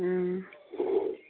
ꯎꯝ